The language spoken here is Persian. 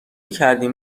کردیم